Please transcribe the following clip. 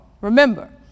Remember